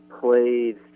played